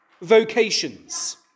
vocations